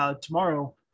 tomorrow